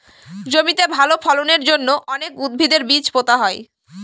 জমিতে ভালো ফলনের জন্য অনেক উদ্ভিদের বীজ পোতা হয়